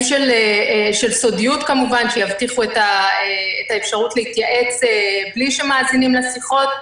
בתנאי סודיות שיבטיחו את האפשרות להתייעץ מבלי שמאזינים לשיחות.